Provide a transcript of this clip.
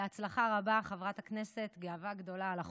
בהצלחה רבה, חברת הכנסת, גאווה גדולה על החוק.